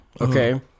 okay